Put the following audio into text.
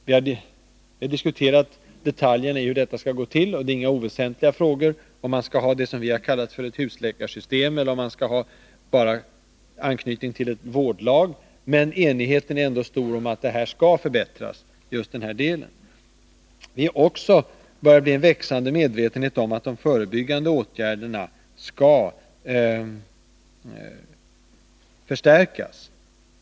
Vi har diskuterat detaljerna när det gäller hur detta skall gå till. Det är inga oväsentliga frågor — om man skall ha det som vi har kallat för ett husläkarsystem eller om man bara skall ha anknytning till ett vårdlag. Men enigheten är ändå stor om att just den här delen skall förbättras. Det bör också bli en ökad medvetenhet om att de förebyggande åtgärderna skall förstärkas.